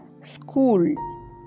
school